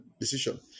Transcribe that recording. decision